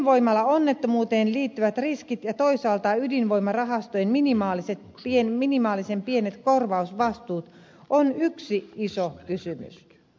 ydinvoimalaonnettomuuteen liittyvät riskit ja toisaalta ydinvoimarahastojen minimaalisen pienet korvausvastuut on yksi iso kysymys